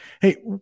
hey